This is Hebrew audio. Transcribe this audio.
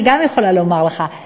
כאן אני גם יכולה לומר לך,